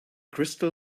crystal